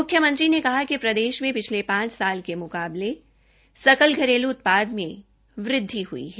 म्ख्यमंत्री ने कहा कि प्रदेश मे पिछले पांच साल के मुकाबले सकल घरेल् उत्पाद में वृद्धि हुई है